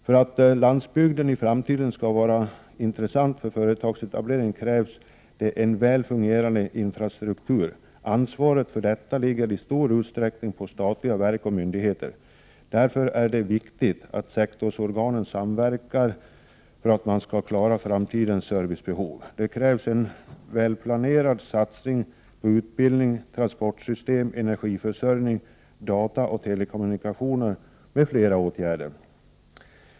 För att landsbygden i framtiden skall vara intressant för företagsetablering krävs det en väl fungerande infrastruktur. Ansvaret för detta ligger i stor utsträckning på statliga verk och myndigheter. Därför är det så viktigt att sektorsorgan samverkar för att man skall klara framtidens servicekrav. Det krävs en välplanerad satsning på utbildning, transportsystem, energiförsörjning, data och telekommunikationer m.fl. åtgärder.